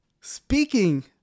Speaking